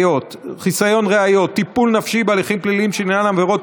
חסיון ראיות (טיפול נפשי בהליכים פליליים שעניינם עבירות